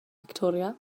fictoria